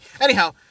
Anyhow